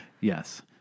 Yes